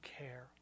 care